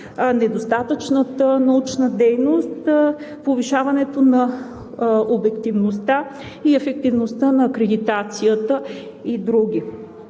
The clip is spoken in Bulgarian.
недостатъчната научна дейност, повишаването на обективността и ефективността на акредитацията и други.